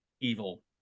evil